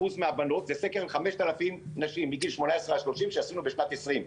בקרב 5,000 נשים מגיל 18 עד 30 שעשינו בשנת 2020,